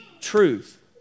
truth